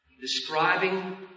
Describing